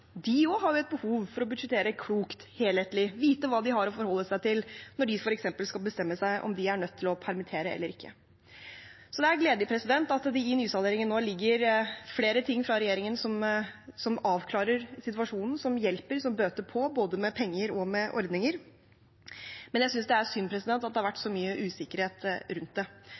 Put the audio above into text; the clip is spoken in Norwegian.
har et behov for å budsjettere klokt, helhetlig, vite hva de har å forholde seg til når de f.eks. skal bestemme seg for om de er nødt til å permittere eller ikke. Da er det gledelig at det i nysalderingen nå ligger flere ting fra regjeringen som avklarer situasjonen, som hjelper og bøter på, både med penger og med ordninger, men jeg synes det er synd at det har vært så mye usikkerhet rundt det. Og vi har fortsatt ikke et vedtak om lønnsstøtteordningen, men nå er det